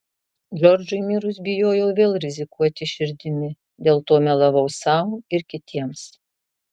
džordžui mirus bijojau vėl rizikuoti širdimi dėl to melavau sau ir kitiems